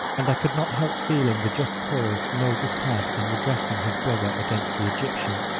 and i could not help feeling the just cause moses had in redressing his brother against the egyptian.